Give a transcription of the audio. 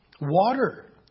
Water